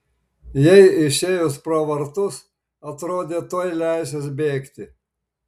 jai išėjus pro vartus atrodė tuoj leisis bėgti